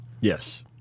Yes